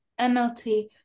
NLT